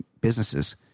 businesses